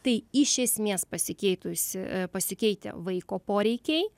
tai iš esmės pasikeitusi pasikeitę vaiko poreikiai